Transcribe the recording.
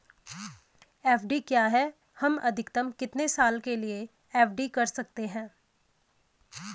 FD क्या है हम अधिकतम कितने साल के लिए एफ.डी कर सकते हैं?